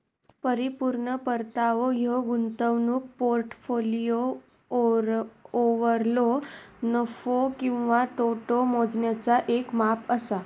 परिपूर्ण परतावो ह्यो गुंतवणूक पोर्टफोलिओवरलो नफो किंवा तोटो मोजण्याचा येक माप असा